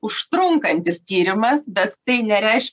užtrunkantis tyrimas bet tai nereiš